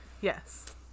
Yes